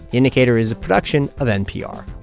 the indicator is a production of npr